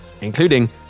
including